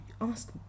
ask